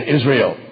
Israel